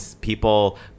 people